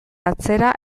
atzera